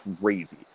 crazy